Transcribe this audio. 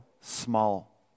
small